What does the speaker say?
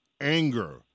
anger